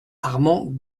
armand